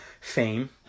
fame